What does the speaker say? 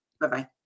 Bye-bye